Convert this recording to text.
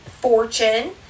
fortune